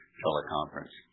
teleconference